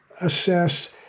assess